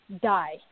die